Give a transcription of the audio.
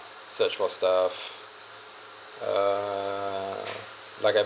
search for stuff ah like I